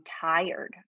tired